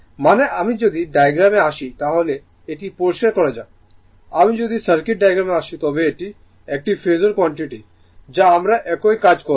মানে আমি যদি ডায়াগ্রামে আসি তাহলে এটা পরিষ্কার করা যাক আমি যদি সার্কিট ডায়াগ্রামে আসি তবে এটি একটি ফেজোর কোয়ান্টিটি যা আমরা একই কাজ করি